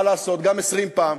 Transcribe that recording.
מה לעשות, גם עשרים פעם.